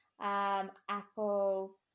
Apple